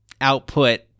output